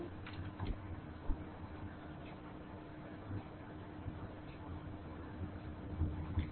সুতরাং 9 অ্যাম্পিয়ার এটি 9 ampere current উত্স